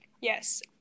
Yes